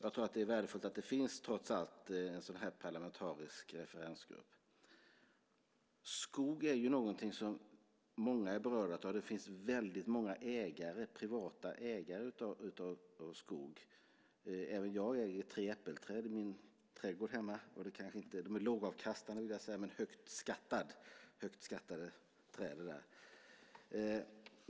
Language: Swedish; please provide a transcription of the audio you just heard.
Jag tror att det är värdefullt att det trots allt finns en sådan här parlamentarisk referensgrupp. Skog är någonting som många är berörda av. Det finns väldigt många privata ägare av skog. Även jag äger tre äppelträd i min trädgård. Det är lågavkastande men högt skattade träd.